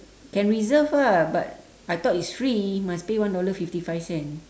can reserve ah but I thought it's free must pay one dollar fifty five cents